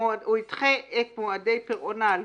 אפשר להציע